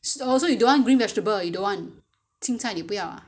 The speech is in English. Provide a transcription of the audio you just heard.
oh so you don't want green vegetable you don't want 青菜你不要